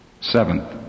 Seventh